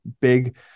big